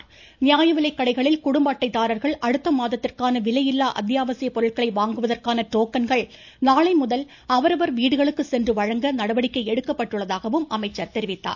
தமிழகத்தில் நியாயவிலைக்கடைகளில் குடும்ப அட்டைதாரா்கள் அடுத்தமாதத்திற்கான விலையில்லா அத்யாவசிய பொருட்களை வாங்குவதற்கான டோக்கன்கள் நாளைமுதல் அவரவர் வீடுகளுக்கு சென்று வழங்க நடவடிக்கை எடுக்கப்பட்டுள்ளதாகவும் அமைச்சர் தெரிவித்தார்